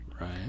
Right